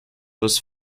was